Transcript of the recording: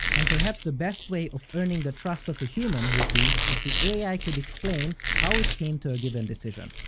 and perhaps the best way of earning the trust of a human would be if the ai could explain how it came to a given decision.